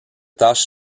tâches